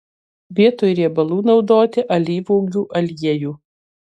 vietoj riebalų naudoti alyvuogių aliejų